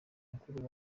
mukuru